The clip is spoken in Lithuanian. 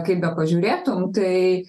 kaip bepažiūrėtum tai